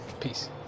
peace